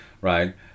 right